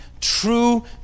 true